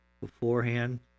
beforehand